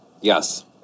Yes